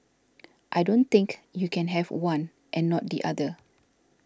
I don't think you can have one and not the other